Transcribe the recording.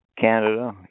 Canada